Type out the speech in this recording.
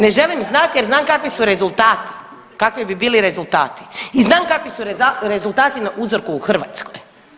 Ne želim znati jer znam kakvi su rezultati, kakvi bi bili rezultati i znam kakvi su rezultati na uzorku u Hrvatskoj.